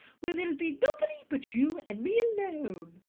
where there'll be nobody but you and me alone!